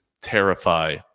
terrify